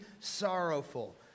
sorrowful